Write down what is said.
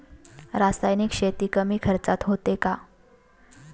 रासायनिक शेती कमी खर्चात होते का?